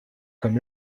comme